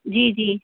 जी जी